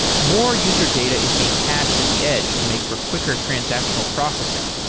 more user data is being cached at the edge to make for quicker transactional processing.